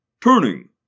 turning